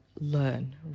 learn